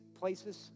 places